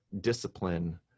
discipline